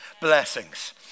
blessings